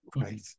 Right